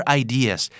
ideas